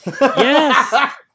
Yes